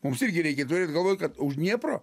mums irgi reikia turėt galvoj kad už dniepro